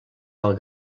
del